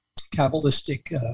Kabbalistic